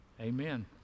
Amen